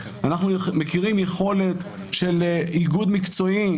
אנחנו מכירים יכולת של איגוד מקצועי,